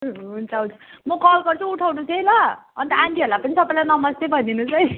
हुन्छ हुन्छ म कल गर्छु उठाउनुहोस् है ल अन्त आन्टीहरू पनि सबैलाई नमस्ते भनिदिनु होस् है